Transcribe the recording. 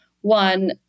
one